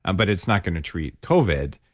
and but it's not going to treat covid.